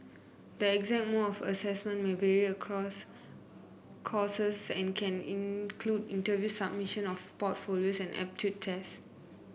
the exact mode of assessment may vary across courses and can include interviews submission of portfolios and aptitude tests